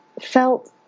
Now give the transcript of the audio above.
felt